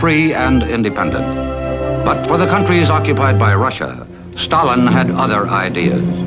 free and independent but when the countries occupied by russia stalin had other ideas